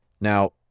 Now